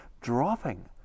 dropping